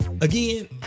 again